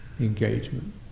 engagement